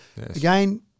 again